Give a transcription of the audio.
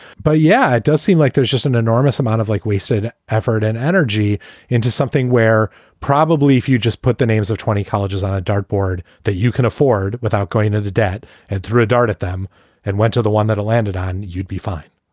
but yeah, it does seem like there's just an enormous amount of, like we so effort and energy into something where probably if you just put the names of twenty colleges on a dartboard that you can afford without going into debt and threw a dart at them and went to the one that landed on, you'd be fine.